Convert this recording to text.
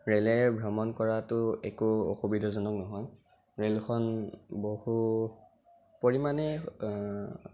ৰেলেৰে ভ্ৰমণ কৰাটো একো অসুবিধাজনক নহয় ৰেলখন বহু পৰিমাণে